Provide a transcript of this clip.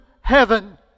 heaven